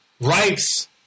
rights